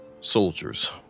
soldiers